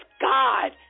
God